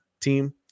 team